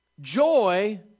Joy